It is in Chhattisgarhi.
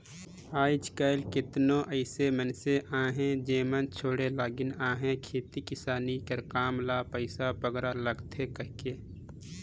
आएज काएल केतनो अइसे मइनसे अहें जेमन छोंड़े लगिन अहें खेती किसानी कर काम ल पइसा बगरा लागथे कहिके